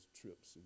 trips